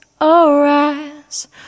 arise